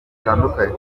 zitandukanye